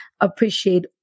appreciate